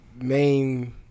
main